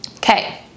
Okay